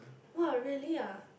[wah] really ah